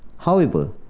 however,